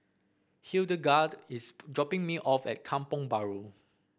Hildegarde is dropping me off at Kampong Bahru